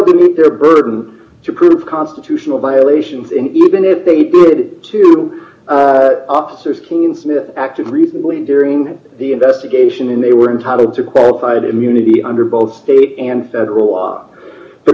meet their burden to prove constitutional violations in even if they did two officers seen smith acted reasonably during the investigation and they were entitled to qualified immunity under both state and federal